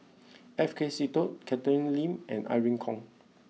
F K Seetoh Catherine Lim and Irene Khong